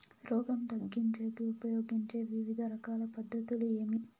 రోగం తగ్గించేకి ఉపయోగించే వివిధ రకాల పద్ధతులు ఏమి?